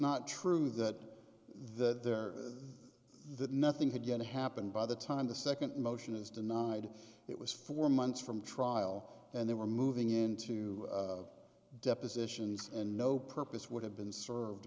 not true that the there that nothing had yet to happen by the time the second motion is denied it was four months from trial and they were moving into depositions and no purpose would have been served